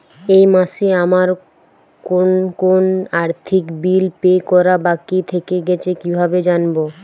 এই মাসে আমার কোন কোন আর্থিক বিল পে করা বাকী থেকে গেছে কীভাবে জানব?